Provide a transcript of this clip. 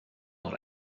dans